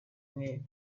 umwe